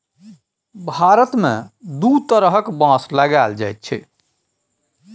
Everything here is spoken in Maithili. भारत मे दु तरहक बाँस लगाएल जाइ छै